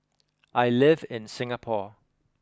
I live in Singapore